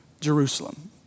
Jerusalem